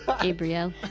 Gabrielle